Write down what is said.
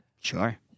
Sure